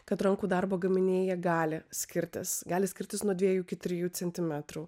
kad rankų darbo gaminiai jie gali skirtis gali skirtis nuo dviejų iki trijų centimetrų